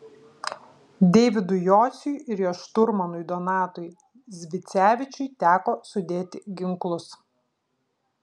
deividui jociui ir jo šturmanui donatui zvicevičiui teko sudėti ginklus